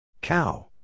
Cow